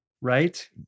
Right